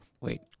wait